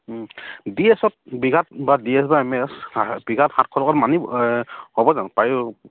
D এছত বিঘাত বা ডি এছ বা এম এছ বিঘাত